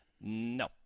No